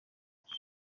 nkuko